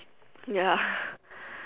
ya